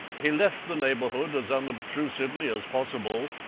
he left the neighbourhood as unobtrusively as possible,